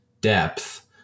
depth